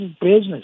business